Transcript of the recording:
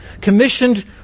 commissioned